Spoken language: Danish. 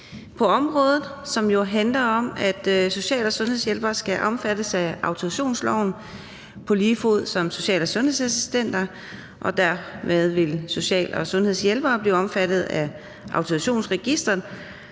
er forslag, som jo handler om, at social- og sundhedshjælpere skal omfattes af autorisationsloven på lige fod med social- og sundhedsassistenter, og dermed vil social- og sundhedshjælpere blive omfattet af autorisationsregisteret,